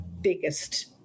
biggest